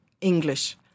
English